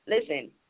listen